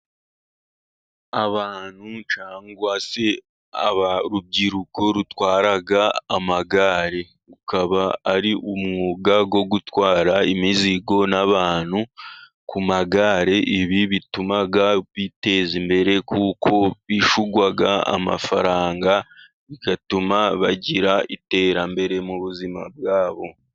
Abantu cyangwa se urubyiruko rutwara amagare ukaba ari umwuga wo gutwara imizigo n'abantu ku magare, ibi bituma biteza imbere kuko bishyurwa amafaranga bigatuma bagira iterambere mu buzima bwabo.